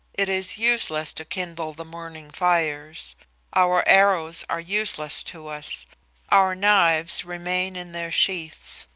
it is useless to kindle the morning fires our arrows are useless to us our knives remain in their sheaths.